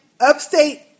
upstate